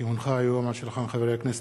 כי הונחה היום על שולחן הכנסת,